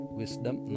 wisdom